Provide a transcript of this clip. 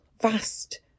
vast